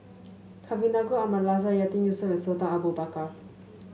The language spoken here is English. Kavignareru Amallathasan Yatiman Yusof and Sultan Abu Bakar